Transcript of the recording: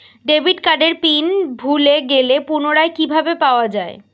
Debit কার্ডের pin ভুলে গেলে পুনরায় কিভাবে পাওয়া য়ায়?